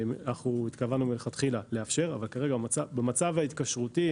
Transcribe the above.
התכוונו מלכתחילה לאפשר אבל במצב ההתקשרות,